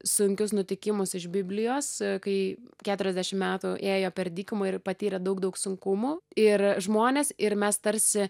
sunkius nutikimus iš biblijos kai keturiasdešim metų ėjo per dykumą ir patyrė daug daug sunkumų ir žmonės ir mes tarsi